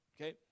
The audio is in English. Okay